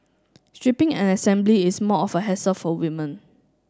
stripping and assembly is more of a hassle for women